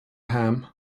ham